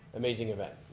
amazing event.